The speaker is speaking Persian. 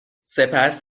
سپس